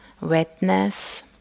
wetness